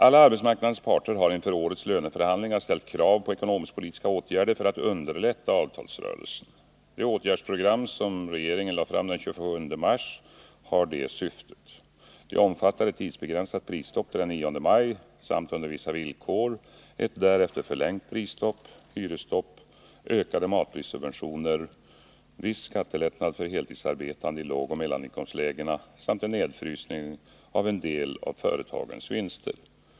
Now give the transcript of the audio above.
Alla arbetsmarknadens parter har inför årets löneförhandlingar ställt krav på ekonomisk-politiska åtgärder för att underlätta avtalsrörelsen. Det åtgärdsprogram som regeringen lade fram den 27 mars har det syftet. Det omfattar ett tidsbegränsat prisstopp till den 9 maj samt — under vissa villkor — ett därefter förlängt prisstopp, hyresstopp, ökade matprissubventioner, viss skattelättnad för heltidsarbetande i lågoch mellaninkomstlägena samt en nedfrysning av en del av företagens vinster.